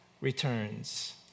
returns